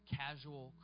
casual